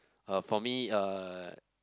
uh for me uh